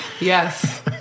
Yes